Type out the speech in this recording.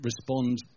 Respond